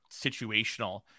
situational